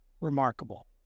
remarkable